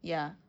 ya